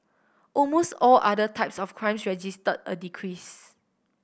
almost all other types of crimes registered a decrease